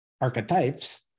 archetypes